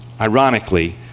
ironically